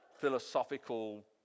philosophical